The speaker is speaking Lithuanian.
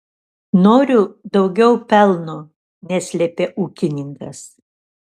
noriu daugiau pelno neslėpė ūkininkas